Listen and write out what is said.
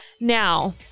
now